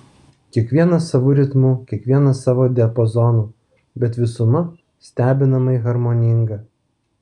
kiekvienas savu ritmu kiekvienas savo diapazonu bet visuma stebinamai harmoninga